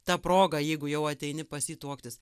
ta proga jeigu jau ateini pas jį tuoktis